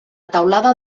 teulada